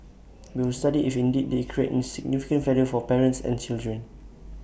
will study if indeed they create an significant value for parents and children